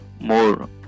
more